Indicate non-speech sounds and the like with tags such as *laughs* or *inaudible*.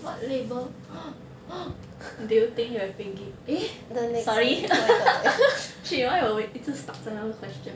do you think you have been giv~ eh sorry *laughs* shit why 我们一直 stuck 在那个 question